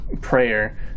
prayer